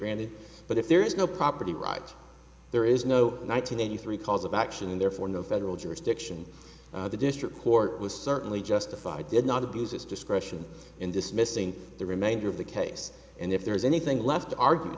granted but if there is no property right there is no nine hundred eighty three cause of action and therefore no federal jurisdiction the district court was certainly justified did not abuse its discretion in dismissing the remainder of the case and if there's anything left to argu